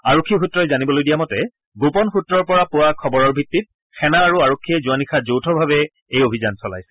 আৰক্ষী সূত্ৰই জানিবলৈ দিয়া মতে গোপন সূত্ৰৰ পৰা পোৱা খবৰৰ ভিত্তিত সেনা আৰু আৰক্ষীয়ে যোৱা নিশা যৌথভাৱে এই অভিযান চলাইছিল